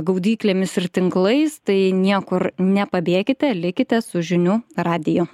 gaudyklėmis ir tinklais tai niekur nepabėkite likite su žinių radiju